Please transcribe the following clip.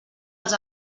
els